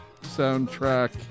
soundtrack